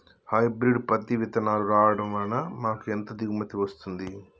Hybrid పత్తి విత్తనాలు వాడడం వలన మాకు ఎంత దిగుమతి వస్తుంది?